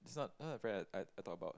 is not not the friend I I talk about